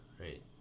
right